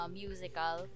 musical